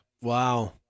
Wow